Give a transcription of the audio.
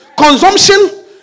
Consumption